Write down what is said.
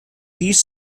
these